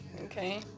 Okay